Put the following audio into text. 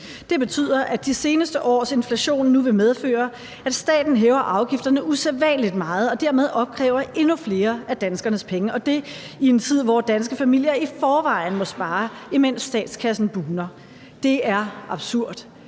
Det betyder, at de seneste års inflation nu vil medføre, at staten hæver afgifterne usædvanlig meget og dermed opkræver endnu flere af danskernes penge, og det er i en tid, hvor danske familier i forvejen må spare, imens statskassen bugner. Det er absurd.